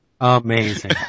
amazing